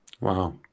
Wow